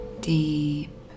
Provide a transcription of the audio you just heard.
deep